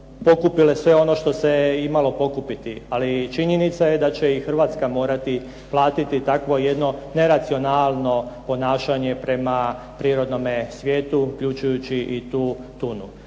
pokupile sve ono što se imalo pokupiti. Ali činjenica je da će i Hrvatska morati platiti takvo jedno neracionalno ponašanje prema prirodnom svijetu, uključujući i tu tunu.